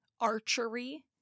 archery